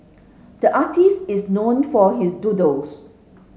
the artist is known for his doodles